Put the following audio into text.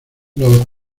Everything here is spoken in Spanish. los